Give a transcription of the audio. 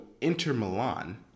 Inter-Milan